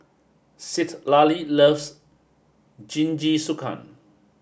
Citlali loves Jingisukan